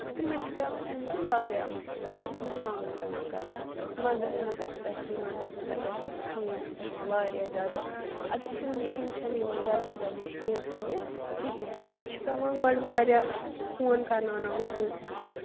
تہٕ تِمَن چھِ پٮ۪وان تَمہِ کِنۍ واریاہ مُشکِلاتَن ہُنٛد سامنہٕ پٮ۪وان کَرُن وَندَس منٛز اٮ۪سپیشلی وَندَس منٛز اگر شیٖن چھُ پٮ۪وان واریاہ زیادٕ اَدٕ شِنہٕ مِشیٖن چھَنہٕ یِوان جلدی جلدی شیٖن تُلنہِ کِہیٖنۍ تِمَن چھِ پٮ۪وان گۄڈٕ واریاہ فون کَرناو ناوٕنۍ کٲنٛسہِ اَتھہِ